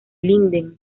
linden